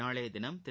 நாளைய தினம் திரு